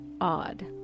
odd